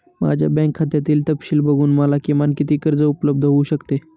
माझ्या बँक खात्यातील तपशील बघून मला किमान किती कर्ज उपलब्ध होऊ शकते?